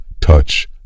Touch